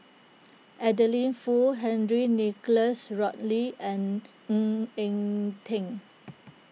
Adeline Foo Henry Nicholas Ridley and Ng Eng Teng